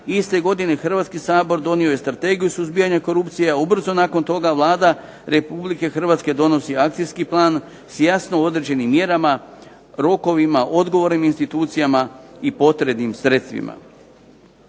iste godine Hrvatski sabor donio je Strategije suzbijanja korupcije, a ubrzo nakon toga Vlada Republike Hrvatske donosi akcijski plan s jasno određenim mjerama, rokovima, odgovorima institucijama i potrebnim sredstvima.